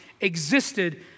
existed